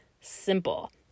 simple